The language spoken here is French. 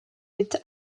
lutte